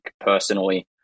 personally